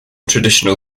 traditional